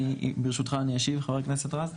ברשותך אני אשיב, חה"כ רז.